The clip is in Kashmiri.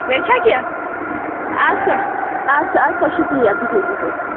بیٚیہِ چھےٚ کینٛہہ اد سہ اد سہ اد سہ شُکریہ بِہِو بِہِو